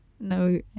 No